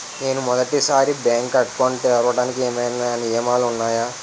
నేను మొదటి సారి బ్యాంక్ అకౌంట్ తెరవడానికి ఏమైనా నియమాలు వున్నాయా?